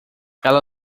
ela